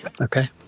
Okay